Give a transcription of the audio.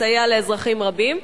שתסייע לאזרחים רבים.